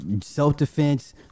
self-defense